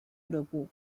俱乐部